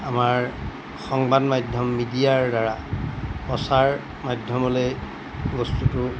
আমাৰ সংবাদ মাধ্যম মিডিয়াৰদ্বাৰা প্ৰচাৰ মাধ্যমলৈ বস্তুটো